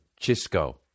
Chisco